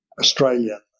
Australian